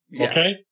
Okay